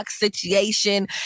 Situation